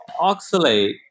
oxalate